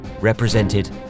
represented